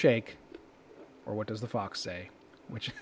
shake or what does the fox say which